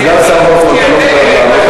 סגן השר וורצמן, אתה לא מחויב לענות על זה.